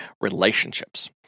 relationships